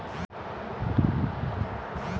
दुर्घटना बीमा का होथे, एला कोन ह करथे?